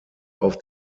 auf